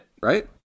Right